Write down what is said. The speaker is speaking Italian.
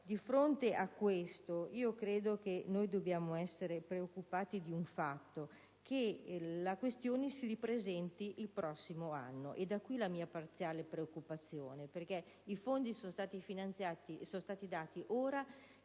Di fronte a questo io credo che noi dobbiamo essere preoccupati del fatto che la questione si ripresenti il prossimo anno. Da qui la mia parziale preoccupazione. I fondi sono stati dati ora che siamo alla